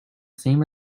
same